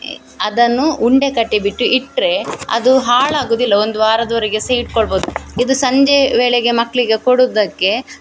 ಅದನ್ನು ಉಂಡೆ ಕಟ್ಟಿ ಬಿಟ್ಟು ಇಟ್ಟರೆ ಅದು ಹಾಳಾಗುದಿಲ್ಲ ಒಂದು ವಾರದವರೆಗೆ ಸಹ ಇಟ್ಟುಕೊಳ್ಬೋದು ಇದು ಸಂಜೆ ವೇಳೆಗೆ ಮಕ್ಕಳಿಗೆ ಕೊಡುವುದಕ್ಕೆ